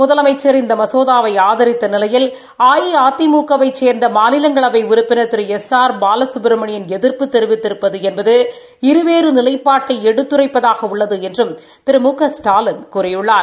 முதலமைச்சா் இந்த மசோதாவை ஆதரித்த நிலையில் அஇஅதிமுக வை சேர்ந்த மாநிலங்களவை உறுப்பினா திரு எஸ் ஆர் பாலசுப்ரமணியன் எதிர்ப்பு தெரிவித்திருப்பது என்பது இருவேறு நிலைப்பாட்டை எடுத்துரைப்பதாக உள்ளது என்றும் திரு மு க ஸ்டாலின் கூறியுள்ளார்